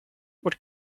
would